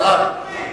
מה זה ועדות סינון?